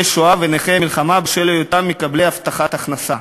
השואה ונכי המלחמה בשל היותם מקבלי הבטחת הכנסה.